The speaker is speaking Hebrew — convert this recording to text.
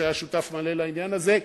שהיה שותף מלא לעניין הזה,